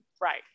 Right